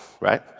right